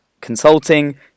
consulting